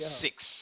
six